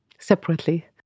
separately